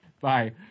Bye